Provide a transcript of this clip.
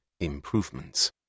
improvements